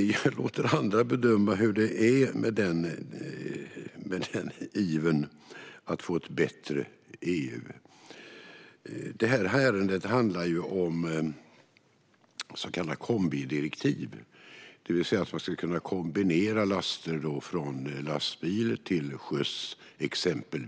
Jag låter andra bedöma hur det är med den ivern att få till ett bättre EU. Det här ärendet handlar om så kallade kombidirektiv. Man ska kunna kombinera laster från till exempel lastbil till sjöfart.